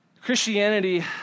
Christianity